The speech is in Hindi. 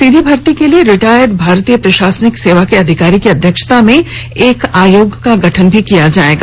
सीधी भर्ती के लिए रिटायर्ड भारतीय प्रशासनिक सेवा के अधिकारी की अध्यक्षता में एक आयोग का गठन भी किया जायेगा